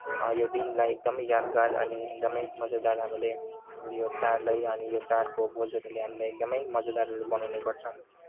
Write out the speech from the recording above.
यो दिनलाई एकदमै यादगार अनि एकदमै मजेदार हामीले यो चाडलाई अनि यो चाडलाई अनि यो चाडको भोजहरूले हामीलाई एकदमै मजेदारहरू मनाउने गर्छ